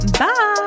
Bye